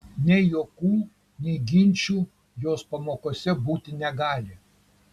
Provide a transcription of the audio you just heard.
nei juokų nei ginčų jos pamokose būti negali